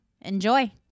Enjoy